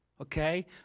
okay